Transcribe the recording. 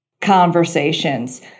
conversations